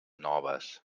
noves